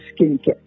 skincare